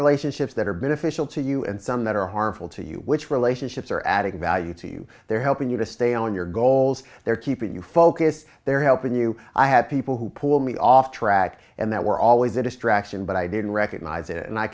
relationships that are beneficial to you and some that are harmful to you which relationships are adding value to you they're helping you to stay on your goals they're keeping you focused they're helping you i had people who pull me off track and that were always a distraction but i didn't recognize it and i